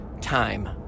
Time